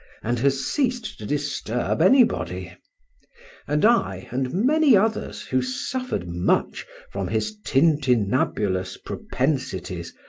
and has ceased to disturb anybody and i, and many others who suffered much from his tintinnabulous propensities,